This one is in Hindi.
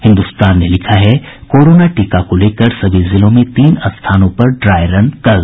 हिन्दुस्तान ने लिखा है कोरोना टीका को लेकर सभी जिलों में तीन स्थानों पर ड्राई रन कल